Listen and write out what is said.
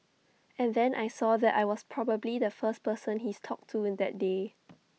and then I saw that I was probably the first person he's talked to in that day